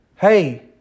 Hey